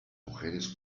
mujeres